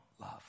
love